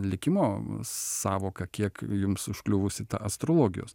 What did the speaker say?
likimo sąvoką kiek jums užkliuvusi ta astrologijos